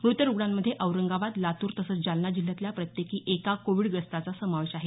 मृत रुग्णांमध्ये औरंगाबाद लातूर तसंच जालना जिल्ह्यातल्या प्रत्येकी एका कोविडग्रस्ताचा समावेश आहे